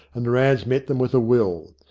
and the ranns met them with a will.